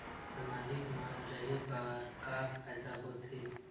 सामाजिक मा रहे बार का फ़ायदा होथे?